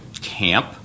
camp